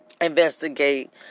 investigate